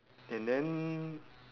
and then